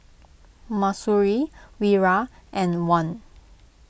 Mahsuri Wira and Wan